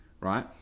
right